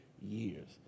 years